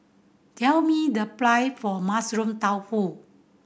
tell me the price for Mushroom Tofu